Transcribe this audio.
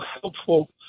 helpful